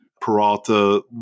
Peralta